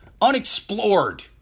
unexplored